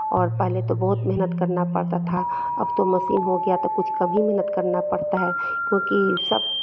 और पहले तो बहुत मेहनत करना पड़ता था अब तो मशीन हो गया तो कुछ कम ही मेहनत करना पड़ता है क्योंकि सब